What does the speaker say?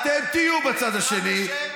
אתם תהיו בצד השני.